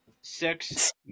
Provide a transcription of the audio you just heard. Six